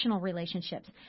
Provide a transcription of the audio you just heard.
relationships